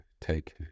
take